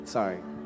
sorry